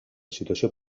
situació